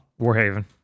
Warhaven